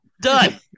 Done